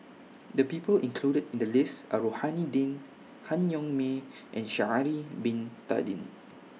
The People included in The list Are Rohani Din Han Yong May and Sha'Ari Bin Tadin